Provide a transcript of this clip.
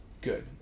good